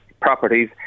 properties